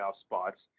spots